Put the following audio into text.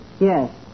Yes